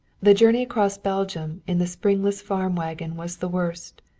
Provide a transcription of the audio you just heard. the journey across belgium in the springless farm wagon was the worst.